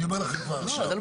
אני אומר לכם כבר עכשיו,